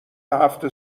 هفت